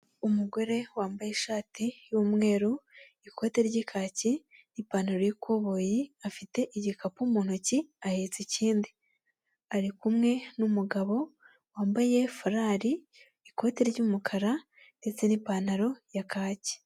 Umugore wambaye ishati y'umweru, ikote ry'ikaki n'ipantaro y'ikoboyi afite igikapu mu ntoki, ahetse ikindi. Ari kumwe n'umugabo wambaye furari, ikote ry'umukara ndetse n'ipantaro ya kaki.